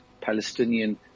Palestinian